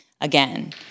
again